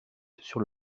sur